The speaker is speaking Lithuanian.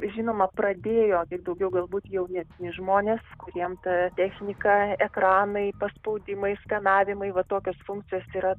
žinoma pradėjo taip daugiau galbūt jaunesni žmonės kuriem ta technika ekranai paspaudimai skanavimai va tokios funkcijos yra